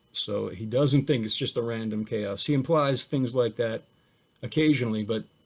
so he doesn't think it's just a random chaos. he implies things like that occasionally but